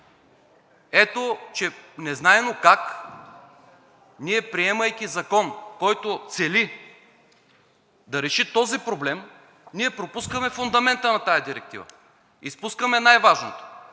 Ето че незнайно как, приемайки Закон, който цели да реши този проблем, ние пропускаме фундамента на тази директива! Изпускаме най-важното